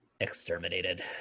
exterminated